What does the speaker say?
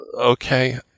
okay